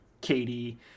Katie